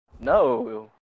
No